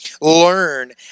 learn